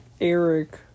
Eric